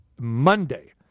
Monday